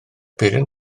peiriant